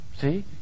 see